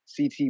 CT